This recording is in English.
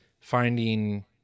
finding